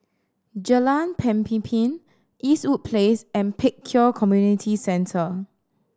Jalan Pemimpin Eastwood Place and Pek Kio Community Centre